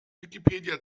wikipedia